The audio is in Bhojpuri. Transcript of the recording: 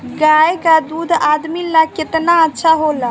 गाय का दूध आदमी ला कितना अच्छा होला?